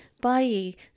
body